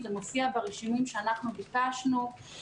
זה מופיע ברישומים שאנחנו ביקשנו,